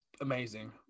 amazing